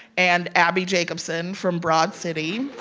and abbi jacobson from broad city.